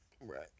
Right